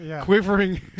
quivering